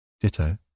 ditto